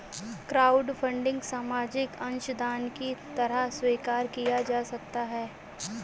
crowdfunding सामाजिक अंशदान की तरह स्वीकार किया जा सकता है